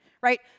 right